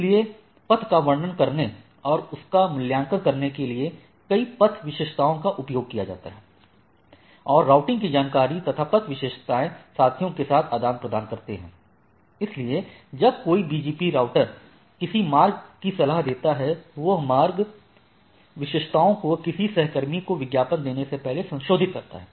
इसलिए पथ का वर्णन करने और उसका मूल्यांकन करने के लिए कई पथ विशेषताओं का उपयोग किया जाता है और राउटिंग कि जानकारी तथा पथ विशेषताएं साथियों के साथ आदान प्रदान करते हैं इसलिए जब कोई BGP राउटर किसी मार्ग की सलाह देता है तो वह मार्ग विशेषताओं को किसी सहकर्मी को विज्ञापन देने से पहले संशोधित करता है